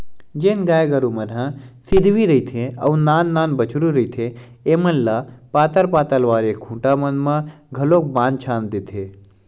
जेन गाय गरु मन ह सिधवी रहिथे अउ नान नान बछरु रहिथे ऐमन ल पातर पातर वाले खूटा मन म घलोक बांध छांद देथे